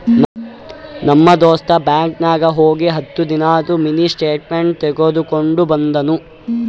ನಮ್ ದೋಸ್ತ ಬ್ಯಾಂಕ್ ನಾಗ್ ಹೋಗಿ ಹತ್ತ ದಿನಾದು ಮಿನಿ ಸ್ಟೇಟ್ಮೆಂಟ್ ತೇಕೊಂಡ ಬಂದುನು